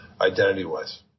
identity-wise